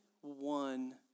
one